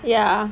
ya